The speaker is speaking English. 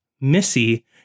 Missy